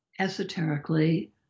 esoterically